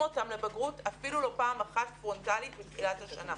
אותם לבגרות אפילו לא פעם אחת פרונטלית מתחילת השנה,